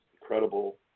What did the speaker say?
incredible